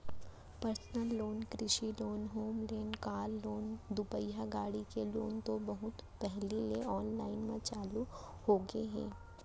personal loan, कृषि loan, home loan, car loan, दुपहिया गाड़ी के लोन तो बहुत पहिली ले आनलाइन म चालू होगे हे